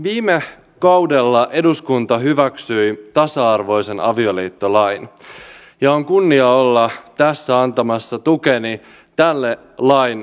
viime kaudella eduskunta hyväksyi tasa arvoisen avioliittolain ja on kunnia olla tässä antamassa tukensa tälle lain voimaansaattamiselle